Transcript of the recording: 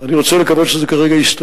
אני שותף לדאגה שלך,